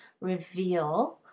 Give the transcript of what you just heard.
reveal